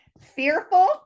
Fearful